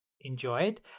enjoyed